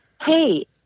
hey